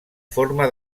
forma